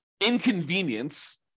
inconvenience